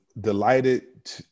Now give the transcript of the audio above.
delighted